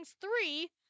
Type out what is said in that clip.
three